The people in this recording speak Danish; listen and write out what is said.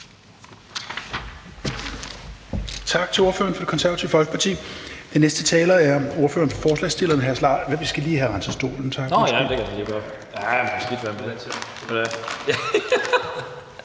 Tak til ordføreren fra Det Konservative Folkeparti. Den næste taler er ordføreren for forslagsstillerne, hr. Lars Boje Mathiesen